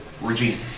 regime